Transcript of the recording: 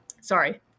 Sorry